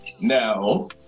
Now